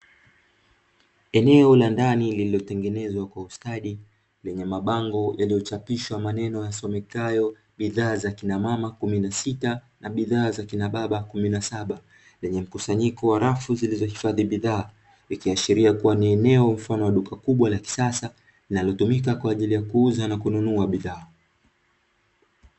Eneo la ndani lililotengenezwa kwa ustadi lenye mabango yaliyochapishwa maneno yasomekayo bidhaa za kina mama kumi na sita, na bidhaa za kina baba kumi na saba. Zenye mkusanyiko w arafu zilizohifadhi bidhaa, ikiashiria ni eneo mfano wa duka kubwa la kisasa inayotumika kwa ajili ya kununua na kuuza bidhaa.